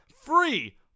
free